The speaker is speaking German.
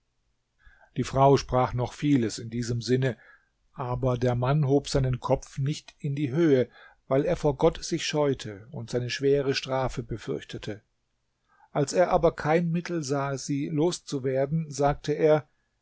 die frau sprach noch vieles in diesem sinne aber der mann hob seinen kopf nicht in die höhe weil er vor gott sich scheute und seine schwere strafe befürchtete als er aber kein mittel sah sie loszuwerden sagte er